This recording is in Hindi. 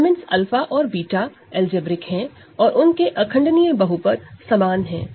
एलिमेंट्स 𝛂 और β अलजेब्रिक है और उन के इररेडूसिबल पॉलीनॉमिनल समान है